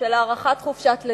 של הארכת חופשת לידה.